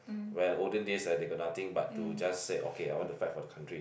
well olden days ah they got nothing but to just say okay I want to fight for the country